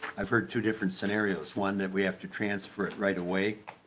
i've heard two different scenarios one that we have to transfer it right away.